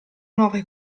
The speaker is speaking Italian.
nuove